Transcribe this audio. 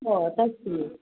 हो तशीच